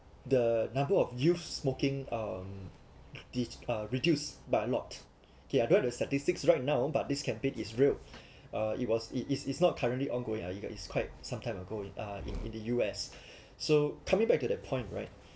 the number of youth smoking um did uh reduced by a lot okay I don't want do statistics right now but this campaign is real uh it was it is it's not currently ongoing uh i~ is quite some time ago uh in in the U_S so coming back to that point right